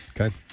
Okay